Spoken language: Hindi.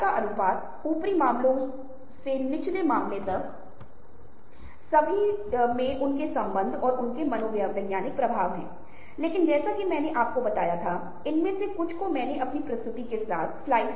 अब यह फ़ेसबुक के माध्यम से बहुत ही विस्तार से होता है फ़ेसबुक ने यहाँ बहुत महत्वपूर्ण भूमिका निभाई है